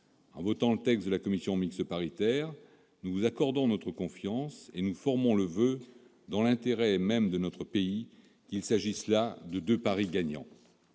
En votant le texte de la commission mixte paritaire, nous vous accordons notre confiance et nous formons le voeu, dans l'intérêt même de notre pays, qu'il s'agisse là de deux paris gagnants.